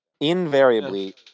Invariably